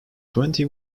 twenty